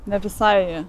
ne visai jie